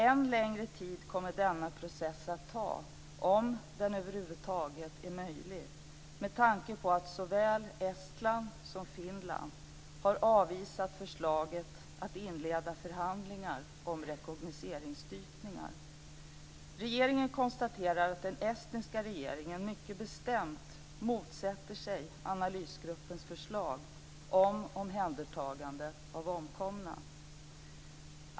Än längre tid kommer denna process att ta, om den över huvud taget är möjlig, med tanke på att såväl Estland som Finland har avvisat förslaget att inleda förhandlingar om rekognoceringsdykningar. Regeringen konstaterar att den estniska regeringen mycket bestämt motsätter sig analysgruppens förslag om omhändertagande av omkomna.